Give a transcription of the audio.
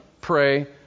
pray